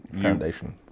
Foundation